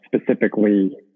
specifically